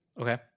Okay